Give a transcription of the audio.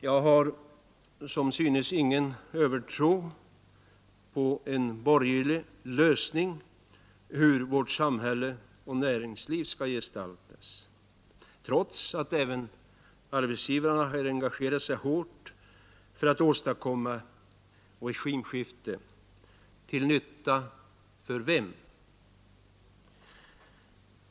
Jag har som synes ingen övertro på en borgerlig lösning av problemet hur vårt samhälle och näringsliv skall gestaltas, trots att även arbetsgivarna har engagerat sig hårt för att åstadkomma regimskifte — till nytta för vem?